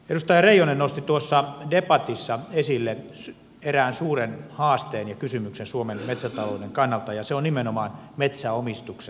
edustaja reijonen nosti tuossa debatissa esille erään suuren haasteen ja kysymyksen suomen metsätalouden kannalta ja se on nimenomaan metsänomistuksen pirstaloituminen